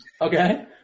Okay